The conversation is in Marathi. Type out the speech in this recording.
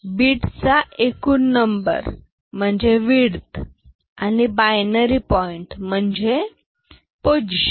बीट चा एकूण नंबर म्हणजे विडथ आणि बायनरी पॉईंट म्हणजे पोजिशन